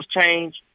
change